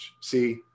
See